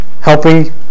helping